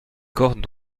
cordes